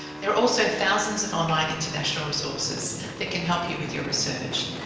there are also thousands of online international resources that can help you with your research,